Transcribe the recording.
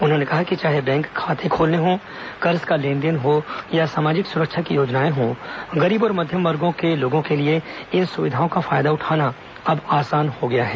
उन्होंने कहा कि चाहे बैंक खाते खोलने हों कर्ज का लेन देन हो या सामाजिक सुरक्षा की योजनाएं हों गरीब और मध्यम वर्गों के लोगों के लिए इन सुविधाओं का फायदा उठाना आसान हो गया है